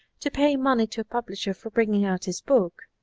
to pay money to a pub lisher for bringing out his book.